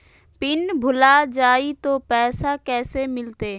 Pin भूला जाई तो पैसा कैसे मिलते?